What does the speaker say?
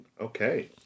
Okay